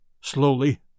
slowly